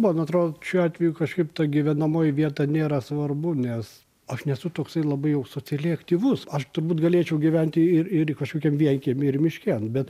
man atrodo šiuo atveju kažkaip ta gyvenamoji vieta nėra svarbu nes aš nesu toksai labai jau socialiai aktyvus aš turbūt galėčiau gyventi ir iri kažkokiam vienkiemy ir miške nu bet